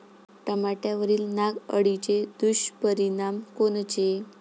टमाट्यावरील नाग अळीचे दुष्परिणाम कोनचे?